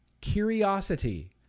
Curiosity